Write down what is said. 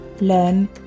learn